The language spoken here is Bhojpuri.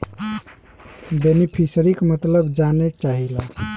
बेनिफिसरीक मतलब जाने चाहीला?